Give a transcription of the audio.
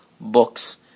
Books